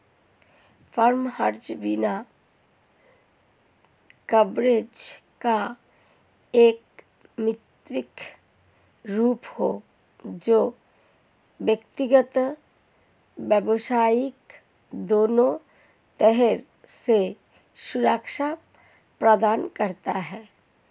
farm, ranch बीमा coverage का एक मिश्रित रूप है जो व्यक्तिगत, व्यावसायिक दोनों तरह से सुरक्षा प्रदान करता है